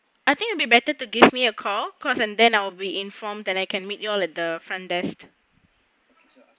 I think it'll be better to give me a call cause and then I'll be informed that I can meet you all at the front desk